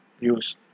use